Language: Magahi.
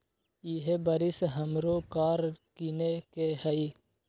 इहे बरिस हमरो कार किनए के हइ